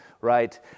right